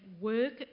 work